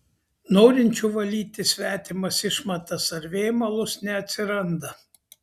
norinčių valyti svetimas išmatas ar vėmalus neatsiranda